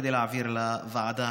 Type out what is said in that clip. כדי להעביר לוועדה.